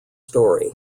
story